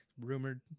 rumored